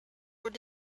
were